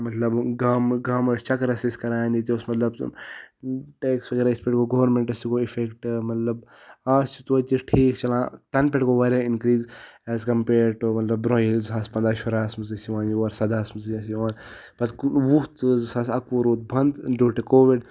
مطلب گامہٕ گام ٲسۍ چَکرَس أسۍ کَران ییٚتہِ اوس مطلب زَن ٹٮ۪کٕس وغیرہس یِتھ پٲٹھۍ گوٚو گورمٮ۪نٛٹَس تہِ گوٚو اِفٮ۪کٹ مطلب اَز چھِ تویتہِ ٹھیٖک چَلان تَنہٕ پٮ۪ٹھ گوٚو واریاہ اِنکِرٛیٖز ایز کَمپیڈ ٹُہ مطلب برونٛہہ ییٚلہِ زٕ ساس پنٛدہ شُرہَس منٛز ٲسۍ یِوان یور سَدہَس منٛز ٲسۍ یِوان پَتہٕ وُہ ژٕ زٕ ساس اَکہٕ وُہ روٗد بنٛد ڈیوٗ ٹُہ کووِڈ